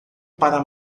para